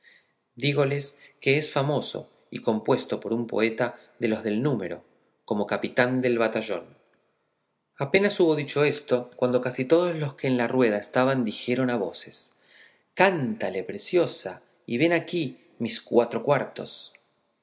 dígoles que es famoso y compuesto por un poeta de los del número como capitán del batallón apenas hubo dicho esto cuando casi todos los que en la rueda estaban dijeron a voces cántale preciosa y ves aquí mis cuatro cuartos